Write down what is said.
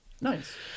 Nice